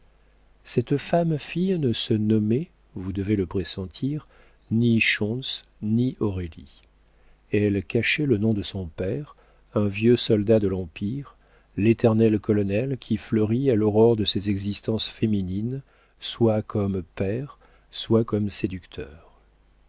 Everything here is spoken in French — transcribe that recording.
cette femme fille ne se nommait vous devez le pressentir ni schontz ni aurélie elle cachait le nom de son père un vieux soldat de l'empire l'éternel colonel qui fleurit à l'aurore de ces existences féminines soit comme père soit comme séducteur